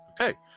Okay